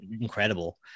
incredible